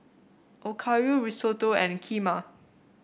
Okayu Risotto and Kheema